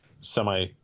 semi